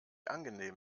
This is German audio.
angenehm